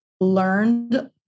learned